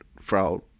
fraud